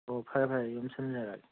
ꯑꯣ ꯐꯔꯦ ꯐꯔꯦ ꯌꯣꯝꯁꯤꯟꯖꯔꯛꯑꯒꯦ